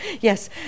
Yes